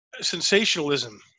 sensationalism